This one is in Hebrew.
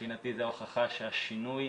מבחינתי זו ההוכחה שהשינוי